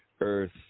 earth